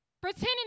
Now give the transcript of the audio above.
pretending